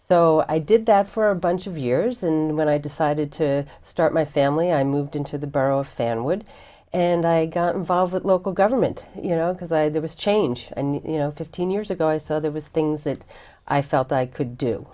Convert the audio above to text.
so i did that for a bunch of years and when i decided to start my family i moved into the borough of fanwood and i got involved with local government you know because i there was change and you know fifteen years ago i saw there was things that i felt i could do